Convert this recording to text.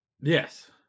Yes